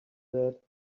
that